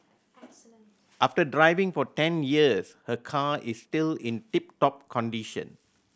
after driving for ten years her car is still in tip top condition